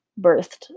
birthed